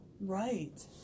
Right